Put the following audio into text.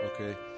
okay